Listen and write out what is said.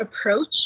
approach